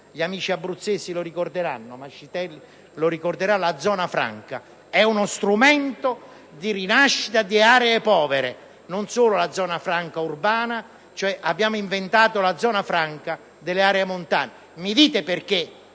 gli amici abruzzesi e il senatore Mascitelli ricorderanno - poiché essa è uno strumento di rinascita di aree povere. Non solo la zona franca urbana, abbiamo inventato la zona franca delle aree montane. Mi dite perché